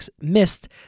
missed